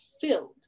filled